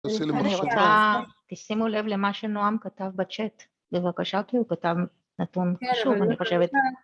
שימו לב למה שנועם כתב בצ׳אט, בבקשה, כי הוא כתב נתון חשוב, אני חושבת